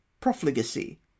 profligacy